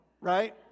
right